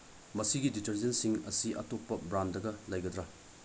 ꯃꯁꯤꯒꯤ ꯗꯤꯇꯔꯖꯦꯟꯁꯤꯡ ꯑꯁꯤ ꯑꯇꯣꯞꯄ ꯕ꯭ꯔꯥꯟꯗꯒ ꯂꯩꯒꯗ꯭ꯔꯥ